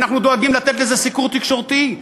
ואנחנו דואגים לתת לזה סיקור תקשורתי.